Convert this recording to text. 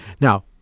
Now